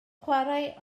chwarae